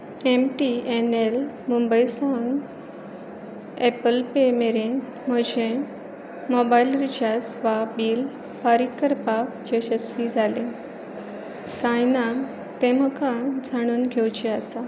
M T N L Mumbai सावन Apple pay मेरेन म्हजें मोबायल रिचार्ज वा बील फारीक करपाक येसस्वी जालें कांय ना तें म्हाका जाणून घेवचें आसा